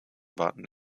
warten